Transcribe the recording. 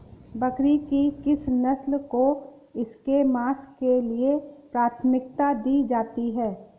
बकरी की किस नस्ल को इसके मांस के लिए प्राथमिकता दी जाती है?